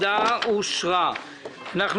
הצבעה בעד,